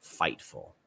Fightful